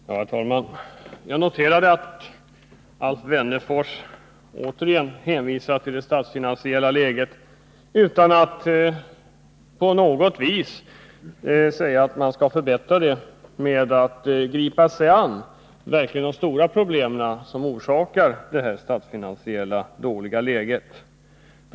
Herr talman! Jag noterar att Alf Wennerfors återigen hänvisar till det statsfinansiella läget utan att på något vis säga att man skall förbättra det genom att verkligen gripa sig an de stora problem som orsakat detta dåliga statsfinansiella läge.